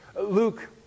Luke